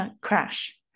Crash